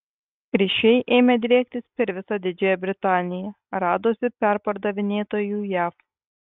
ryšiai ėmė driektis per visą didžiąją britaniją radosi perpardavinėtojų jav